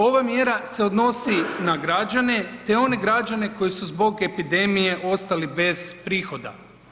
Ova mjera se odnosi na građane te one građane koji su zbog epidemije ostali bez prihoda.